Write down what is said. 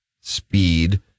speed